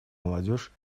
молодежь